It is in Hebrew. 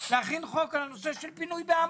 להכין חוק על הנושא של פינוי באמבולנס.